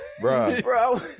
Bro